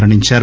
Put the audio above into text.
మరణించారు